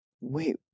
Wait